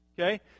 Okay